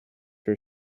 for